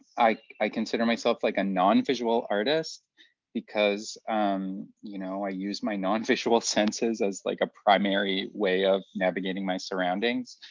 i i consider myself like a non-visual artist because you know i use my non-visual senses as like a primary way of navigating my surroundings.